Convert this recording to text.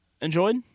enjoyed